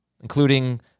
including